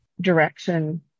direction